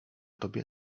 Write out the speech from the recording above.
tobie